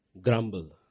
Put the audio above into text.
grumble